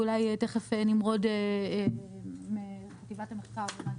ואולי תכף נמרוד מחטיבת המחקר של בנק